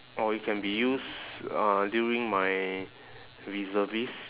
or it can be used uh during my reservist